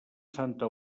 santa